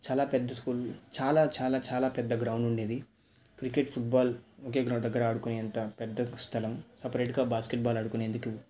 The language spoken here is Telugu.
చాలా పెద్ద స్కూల్ చాలా చాలా చాలా పెద్ద గ్రౌండ్ ఉండేది క్రికెట్ ఫుట్బాల్ ఒకే గ్రౌండ్ దగ్గర ఆడుకునేంత పెద్ద స్థలం సెపరేట్గా బాస్కెట్బాల్ ఆడుకొనేందుకు